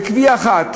בקביעה אחת,